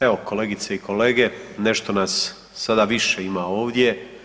Evo, kolegice i kolege, nešto nas sada više ima ovdje.